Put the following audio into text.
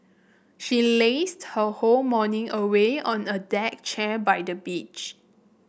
she lazed her whole morning away on a deck chair by the beach